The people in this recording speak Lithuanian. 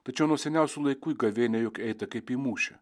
tačiau nuo seniausių laikų į gavėnią juk eita kaip į mūšį